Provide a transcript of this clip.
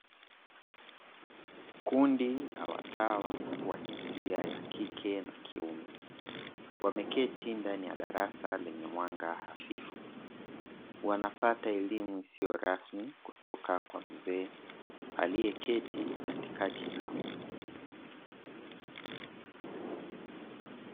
Kundi la watawa wa jinsia ya kike na kiume, wameketi ndani ya darasa lenye mwanga hafifu, wanapata elimu ya wa isiyo rasmi kutoka kwa mzee alieketi katikati yao.